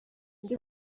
undi